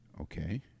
Okay